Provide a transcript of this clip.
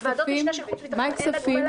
על ועדות משנה של חוץ וביטחון אין הגבלה?